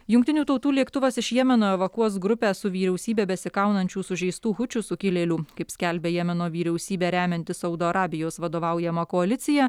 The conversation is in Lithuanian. jungtinių tautų lėktuvas iš jemeno evakuos grupę su vyriausybe besikaunančių sužeistų hučių sukilėlių kaip skelbia jemeno vyriausybę remianti saudo arabijos vadovaujama koalicija